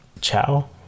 Ciao